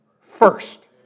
first